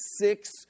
six